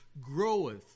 groweth